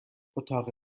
اتاق